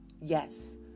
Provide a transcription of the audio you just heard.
Yes